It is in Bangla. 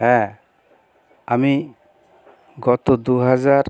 হ্যাঁ আমি গত দুহাজার